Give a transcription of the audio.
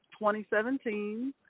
2017